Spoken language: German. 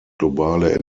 globale